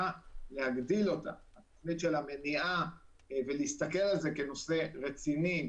להגדיל אותה - התוכנית של המניעה ולהסתכל על זה כנושא רציני,